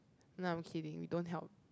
no I'm kidding we don't help